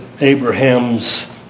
Abraham's